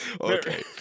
okay